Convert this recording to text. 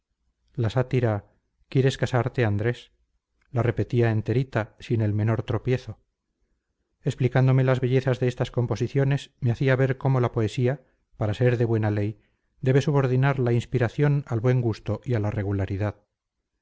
la sátira quieres casarte andrés la repetía enterita sin el menor tropiezo explicándome las bellezas de estas composiciones me hacía ver cómo la poesía para ser de buena ley debe subordinar la inspiración al buen gusto y a la regularidad